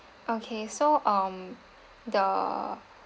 okay so um the